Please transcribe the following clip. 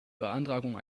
beantragung